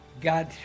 God